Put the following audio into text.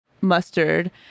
mustard